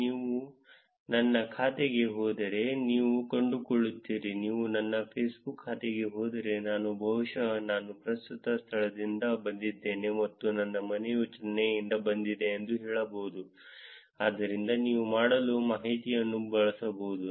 ನೀವು ನನ್ನ ಖಾತೆಗೆ ಹೋದರೆ ನೀವು ಕಂಡುಕೊಳ್ಳುತ್ತೀರಿ ನೀವು ನನ್ನ ಫೇಸ್ಬುಕ್ ಖಾತೆಗೆ ಹೋದರೆ ನಾನು ಬಹುಶಃ ನಾನು ಪ್ರಸ್ತುತ ಸ್ಥಳದಿಂದ ಬಂದಿದ್ದೇನೆ ಮತ್ತು ನನ್ನ ಮನೆಯು ಚೆನ್ನೈನಿಂದ ಬಂದಿದೆ ಎಂದು ಹೇಳಬಹುದು ಆದ್ದರಿಂದ ನೀವು ಮಾಡಲು ಮಾಹಿತಿಯನ್ನು ಬಳಸಬಹುದು